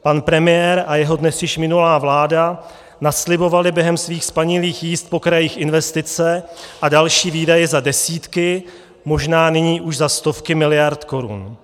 Pan premiér a jeho dnes již minulá vláda naslibovali během svých spanilých jízd po krajích investice a další výdaje za desítky, možná nyní už za stovky miliard korun.